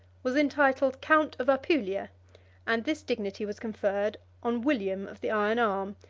was entitled count of apulia and this dignity was conferred on william of the iron arm,